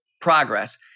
progress